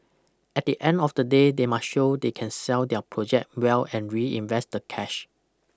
at the end of the day they must show they can sell their project well and reinvest the cash